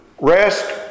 Rest